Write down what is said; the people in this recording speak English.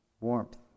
warmth